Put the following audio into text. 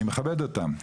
אני מכבד אותם,